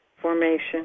formation